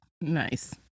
Nice